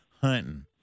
hunting